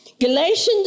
Galatians